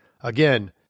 again